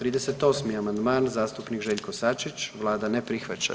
38. amandman zastupnik Željko Sačić, Vlada ne prihvaća.